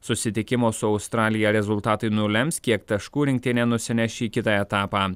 susitikimo su australija rezultatai nulems kiek taškų rinktinė nusineš į kitą etapą